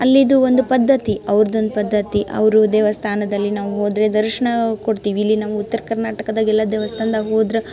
ಅಲ್ಲಿಯದು ಒಂದು ಪದ್ಧತಿ ಅವ್ರ್ದು ಒಂದು ಪದ್ಧತಿ ಅವರು ದೇವಸ್ಥಾನದಲ್ಲಿ ನಾವು ಹೋದ್ರೆ ದರ್ಶಸನ ಕೊಡ್ತೀವಿ ಇಲ್ಲಿ ನಾವು ಉತ್ತರ ಕರ್ನಾಟಕದಾಗೆಲ್ಲ ದೇವಸ್ಥಾನ್ದಾಗ ಹೋದ್ರೆ